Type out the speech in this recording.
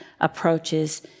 approaches